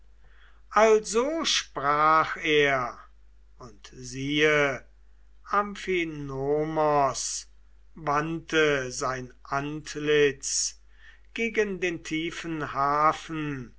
also sprach er und siehe amphinomos wandte sein antlitz gegen den tiefen hafen